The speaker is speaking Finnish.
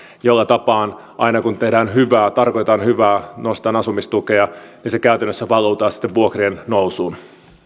ja siten aina kun tehdään hyvää tarkoitetaan hyvää nyt kun nostetaan asumistukea niin se käytännössä valuu taas sitten vuokrien nousuun